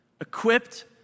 equipped